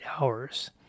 hours